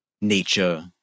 nature